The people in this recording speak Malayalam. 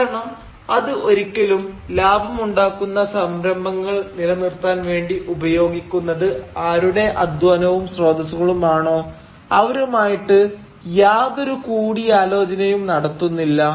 കാരണം അത് ഒരിക്കലും ലാഭമുണ്ടാക്കുന്ന സംരംഭങ്ങൾ നിലനിർത്താൻ വേണ്ടി ഉപയോഗിക്കുന്നത് ആരുടെ അധ്വാനവും സ്രോതസുകളും ആണോ അവരുമായിട്ട് യാതൊരു കൂടിയാലോചനയും നടത്തുന്നില്ല